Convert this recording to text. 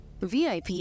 VIP